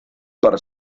per